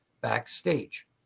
backstage